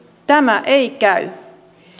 tämä ei käy